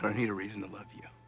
but need a reason to love you.